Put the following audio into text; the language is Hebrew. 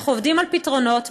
אנחנו עובדים על פתרונות,